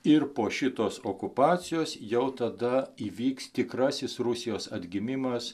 ir po šitos okupacijos jau tada įvyks tikrasis rusijos atgimimas